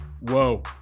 Whoa